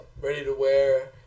ready-to-wear